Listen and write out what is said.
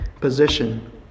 position